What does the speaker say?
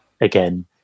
again